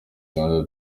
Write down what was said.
uganda